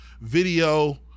video